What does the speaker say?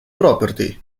property